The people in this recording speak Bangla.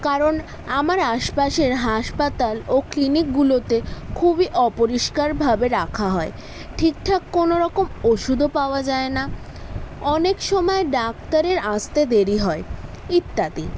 কারণ আমার আশপাশের হাসপাতাল ও ক্লিনিকগুলোতে খুবই অপরিষ্কারভাবে রাখা হয় ঠিক ঠাক কোনোরকম ওষুধও পাওয়া যায় না অনেক সময় ডাক্তারের আসতে দেরি হয় ইত্যাদি